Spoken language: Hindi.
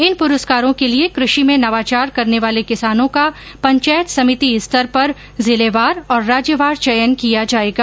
इन पुरस्कारों के लिए कृषि में नवाचार करने वाले किसानों का पंचायत समिति स्तर पर जिलेवार और राज्यवार चयन किया जायेगा